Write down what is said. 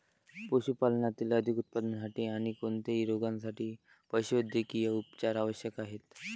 पशुपालनातील अधिक उत्पादनासाठी आणी कोणत्याही रोगांसाठी पशुवैद्यकीय उपचार आवश्यक आहेत